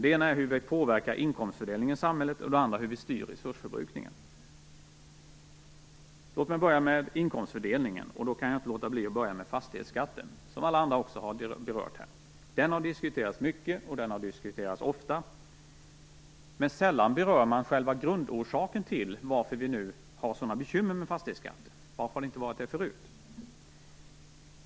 Det ena är hur vi påverkar inkomstfördelningen i samhället och det andra är hur vi styr resursförbrukningen. Låt mig börja med inkomstfördelningen. Jag kan inte låta bli att börja med fastighetsskatten, som alla andra också har berört här. Den har diskuterats mycket och ofta, men sällan berör man själva grundorsaken till att vi nu har sådana bekymmer med fastighetsskatten. Varför har det inte varit det förut?